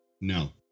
No